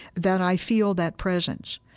that i feel that presence,